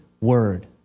Word